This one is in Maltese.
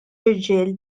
irġiel